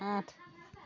আঠ